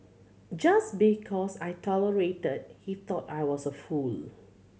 just because I tolerated he thought I was a fool